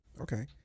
Okay